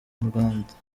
rwanda